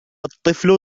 الطفل